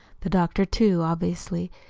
the doctor, too, obviously,